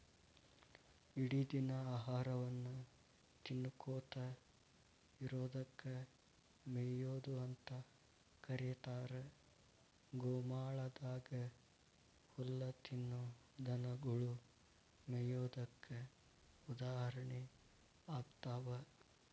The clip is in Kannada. ಇಡಿದಿನ ಆಹಾರವನ್ನ ತಿನ್ನಕೋತ ಇರೋದಕ್ಕ ಮೇಯೊದು ಅಂತ ಕರೇತಾರ, ಗೋಮಾಳದಾಗ ಹುಲ್ಲ ತಿನ್ನೋ ದನಗೊಳು ಮೇಯೋದಕ್ಕ ಉದಾಹರಣೆ ಆಗ್ತಾವ